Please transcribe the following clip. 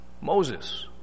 Moses